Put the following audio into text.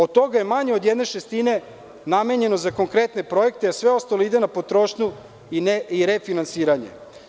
Od toga je manje od jedne šestine namenjeno za konkretne projekte, a sve ostalo ide na potrošnju i refinansiranje.